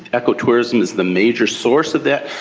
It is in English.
ecotourism is the major source of that,